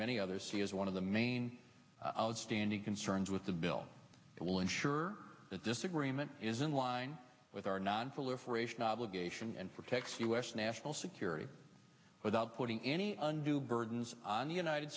many others see as one of the main outstanding concerns with the bill that will ensure that disagreement is in line with our nonproliferation obligation and protects us national security without putting any undue burden on the united